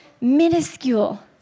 minuscule